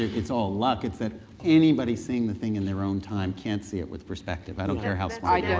it's all luck, it's that anybody seeing the thing in their own time can't see it with perspective, i don't care how smart yeah